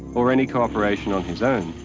or any cooperation on his own.